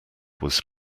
was